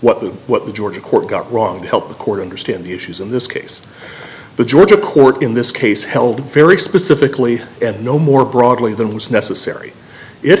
what the what the georgia court got wrong to help the court understand the issues in this case the georgia court in this case held very specifically and no more broadly than was necessary it